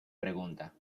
pregunta